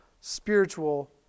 spiritual